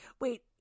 Wait